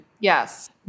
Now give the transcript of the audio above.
Yes